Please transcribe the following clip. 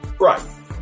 right